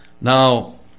Now